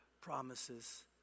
promises